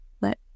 Let